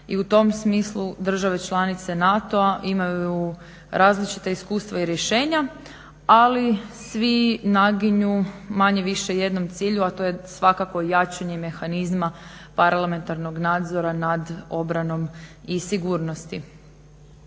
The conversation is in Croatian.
I u tom smislu države članice NATO-a imaju različita iskustva i rješenja. Ali svi naginju manje-više jednom cilju a to je svakako jačanje mehanizma parlamentarnog nadzora nad obranom i sigurnosti.